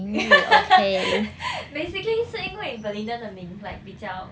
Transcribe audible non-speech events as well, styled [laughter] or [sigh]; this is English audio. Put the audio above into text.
[laughs] basically 是因为 belinda 的名 like 比较